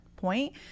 point